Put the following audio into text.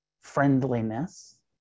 friendliness